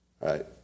Right